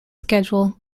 schedule